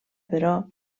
però